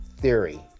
theory